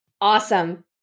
awesome